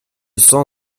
sang